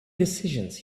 decisions